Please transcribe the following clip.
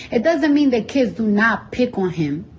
it doesn't mean that kids do not pick on him.